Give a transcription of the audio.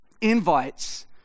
invites